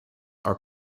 are